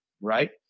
right